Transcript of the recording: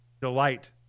delight